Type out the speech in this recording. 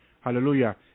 hallelujah